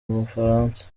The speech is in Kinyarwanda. bufaransa